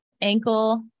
ankle